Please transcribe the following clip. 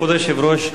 כבוד היושב-ראש,